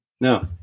No